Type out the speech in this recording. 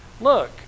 look